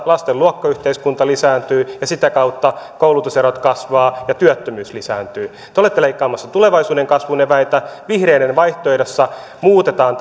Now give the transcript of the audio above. lasten luokkayhteiskunta lisääntyy ja sitä kautta koulutuserot kasvavat ja työttömyys lisääntyy te olette leikkaamassa tulevaisuuden kasvun eväitä vihreiden vaihtoehdossa muutetaan